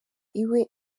iwe